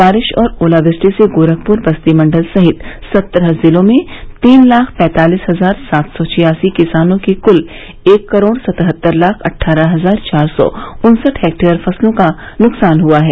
बारिश और ओलावृष्टि से गोरखपुर बस्ती मण्डल सहित सत्रह जिलों में तीन लाख पैंतालिस हजार सात सौ छियासी किसानों की क्ल एक करोड़ सतहत्तर लाख अट्ठारह हजार चार सौ उन्सठ हेक्टेयर फसलों का नुकसान हआ है